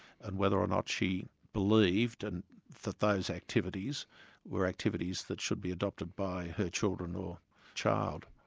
and whether or not she believed and that those activities were activities that should be adopted by her children or child.